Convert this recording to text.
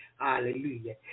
Hallelujah